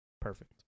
Perfect